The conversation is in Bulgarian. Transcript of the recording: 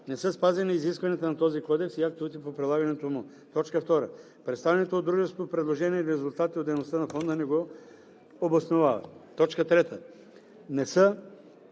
не са спазени изискванията на този кодекс и актовете по прилагането му; 2. представеното от дружеството предложение или резултатите от дейността на фонда не го обосновават; 3. не са